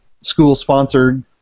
school-sponsored